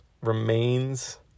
remains